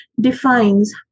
defines